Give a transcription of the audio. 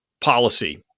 policy